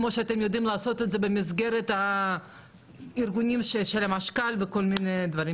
כמו שאתם יודעים לעשות את זה במסגרת הארגונים של משכ"ל וכל מיני דברים,